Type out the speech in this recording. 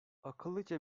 akıllıca